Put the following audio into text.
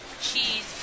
cheese